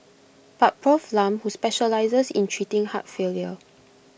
but Prof Lam who specialises in treating heart failure